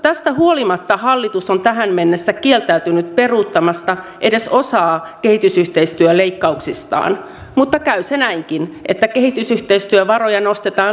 tästä huolimatta hallitus on tähän mennessä kieltäytynyt peruuttamasta edes osaa kehitysyhteistyöleikkauksistaan mutta käy se näinkin että kehitysyhteistyövaroja nostetaan lisätalousarvioilla